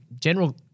general